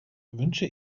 wünsche